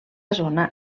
zona